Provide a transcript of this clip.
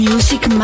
Music